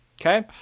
okay